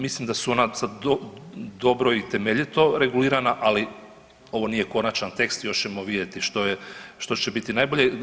Mislim da su ona sad dobro i temeljito regulirana, ali ovo nije konačan tekst, još ćemo vidjeti što će biti najbolje.